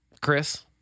Chris